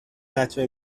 لطمه